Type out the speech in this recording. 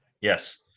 Yes